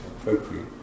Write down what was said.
appropriate